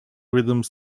rhythms